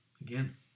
again